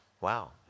Wow